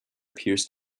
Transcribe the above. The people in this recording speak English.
appears